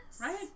Right